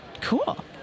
Cool